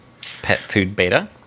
PetFoodBeta